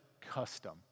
Custom